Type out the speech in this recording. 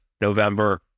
November